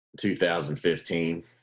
2015